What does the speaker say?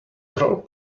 troll